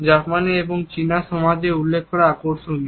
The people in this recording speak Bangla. জাপানি এবং চীনা সমাজের উল্লেখ করা আকর্ষণীয়